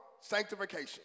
sanctification